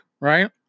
right